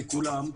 לכולם.